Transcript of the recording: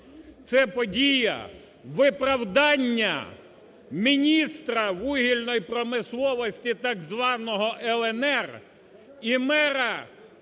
Це подія виправдання міністра вугільної промисловості так званого "ЛНР" і мера